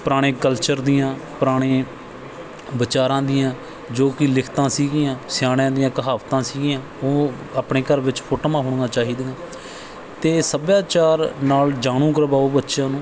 ਪੁਰਾਣੇ ਕਲਚਰ ਦੀਆਂ ਪੁਰਾਣੇ ਵਿਚਾਰਾਂ ਦੀਆਂ ਜੋ ਕਿ ਲਿਖਤਾਂ ਸੀਗੀਆਂ ਸਿਆਣਿਆਂ ਦੀਆਂ ਕਹਾਵਤਾਂ ਸੀਗੀਆਂ ਉਹ ਆਪਣੇ ਘਰ ਵਿੱਚ ਫੋਟੋਆਂ ਹੋਣੀਆਂ ਚਾਹੀਦੀਆਂ ਅਤੇ ਸੱਭਿਆਚਾਰ ਨਾਲ ਜਾਣੂ ਕਰਵਾਓ ਬੱਚਿਆਂ ਨੂੰ